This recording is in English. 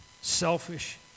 selfish